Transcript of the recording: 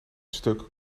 stuk